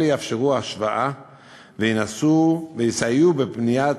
אלה יאפשרו השוואה ויסייעו בבניית